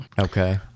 okay